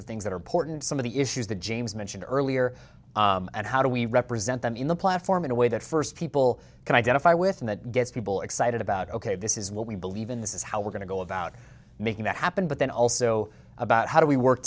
of things that are important some of the issues that james mentioned earlier and how do we represent them in the platform in a way that first people can identify with and that gets people excited about ok this is what we believe in this is how we're going to go about making that happen but then also about how do we work